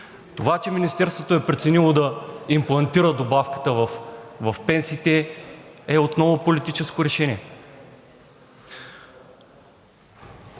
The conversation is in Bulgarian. Това, че Министерството е преценило да имплантира добавката в пенсиите, е отново политическо решение.